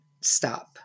stop